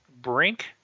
brink